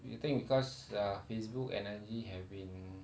you think because uh Facebook and I_G have been